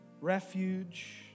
refuge